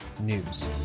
news